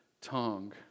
tongue